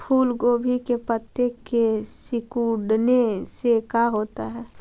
फूल गोभी के पत्ते के सिकुड़ने से का होता है?